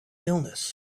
illness